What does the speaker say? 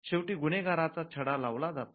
शेवटी गुन्हेगारचा छडा लावला जातो